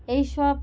এইসব